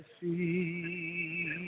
see